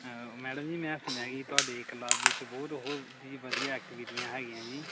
ਹਾਂ ਮੈਡਮ ਜੀ ਮੈਂ ਸੁਣਿਆ ਸੀ ਤੁਹਾਡੇ ਕਲੱਬ ਵਿੱਚ ਬਹੁਤ ਉਹ ਦੀ ਵਧੀਆ ਐਕਟੀਵਿਟੀਆਂ ਹੈਗੀਆਂ ਜੀ